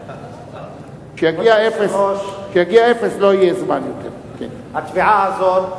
היושב-ראש, התביעה הזאת,